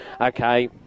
okay